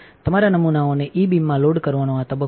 તમારા નમૂનાઓને ઇ બીમમાં લોડ કરવાનો આ તબક્કો છે